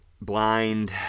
Blind